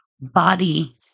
body